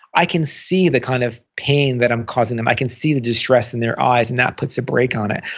i can see the kind of pain that i'm causing them. i can see the distress in their eyes and that puts a break on it.